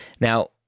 Now